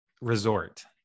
resort